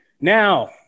now